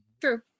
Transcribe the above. True